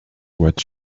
what